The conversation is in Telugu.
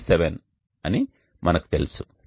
37 అని మనకు తెలుసు